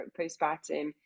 postpartum